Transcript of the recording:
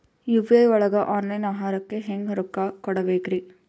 UPI ಒಳಗ online ಆಹಾರಕ್ಕೆ ಹೆಂಗ್ ರೊಕ್ಕ ಕೊಡಬೇಕ್ರಿ?